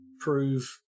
prove